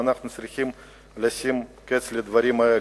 ואנחנו צריכים לשים קץ לדברים האלה.